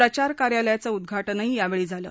प्रचार कार्यालयाचं उद्घाटनही यावेळी झालं